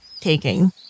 taking